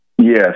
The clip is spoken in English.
Yes